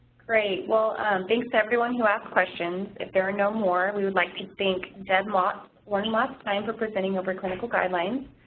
great, well thanks everyone who asked questions, if there are no more, and we would like to thank deb motz one last time for presenting over clinical guidelines.